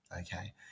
okay